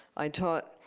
i taught